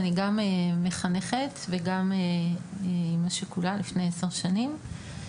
אני גם מחנכת וגם אימא שכולה, לפני עשר שנים.